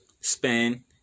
span